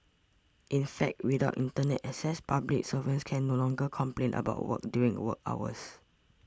in fact without Internet access public servants can no longer complain about work during work hours